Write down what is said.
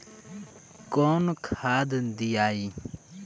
कौन खाद दियई?